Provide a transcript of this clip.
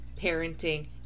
parenting